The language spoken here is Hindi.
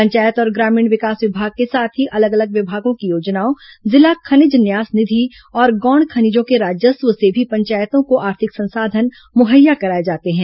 पंचायत और ग्रामीण विकास विभाग के साथ ही अलग अलग विभागों की योजनाओं जिला खनिज न्यास निधि और गौण खनिजों के राजस्व से भी पंचायतों को आर्थिक संसाधन मुहैया कराए जाते हैं